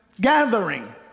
gathering